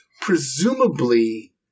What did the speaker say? presumably –